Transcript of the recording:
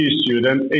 student